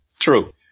True